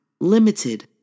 limited